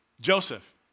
Joseph